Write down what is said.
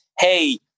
Hey